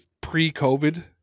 pre-COVID